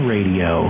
Radio